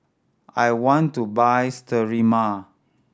I want to buy Sterimar